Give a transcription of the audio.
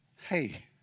Hey